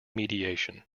mediation